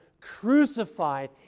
crucified